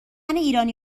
ایرانی